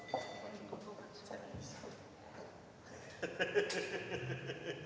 Hvad er det